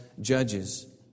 judges